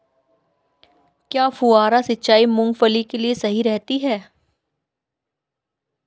क्या फुहारा सिंचाई मूंगफली के लिए सही रहती है?